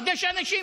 כדי שאנשים,